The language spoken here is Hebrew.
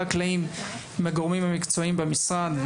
הקלעים עם הגורמים המקצועיים במשרד,